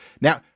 Now